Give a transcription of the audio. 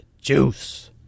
juice